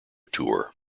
tour